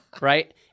Right